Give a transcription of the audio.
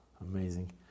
amazing